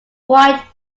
white